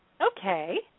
Okay